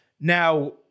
Now